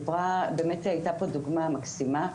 היתה פה דוגמה מקסימה,